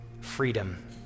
freedom